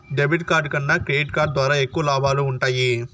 debit card కన్నా credit card ద్వారా ఎక్కువ లాబాలు వుంటయ్యి